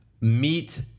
meet